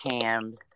cams